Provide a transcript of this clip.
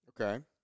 Okay